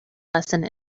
lesson